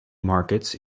markets